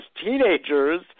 teenagers